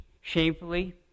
shamefully